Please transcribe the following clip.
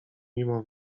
mimo